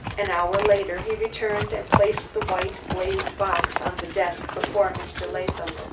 an hour later he returned and placed the white, glazed box on the desk before mr. latham.